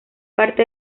parte